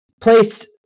place